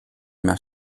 mehr